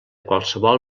qualsevol